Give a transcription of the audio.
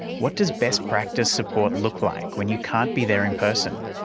what does best-practice support look like when you can't be there in person?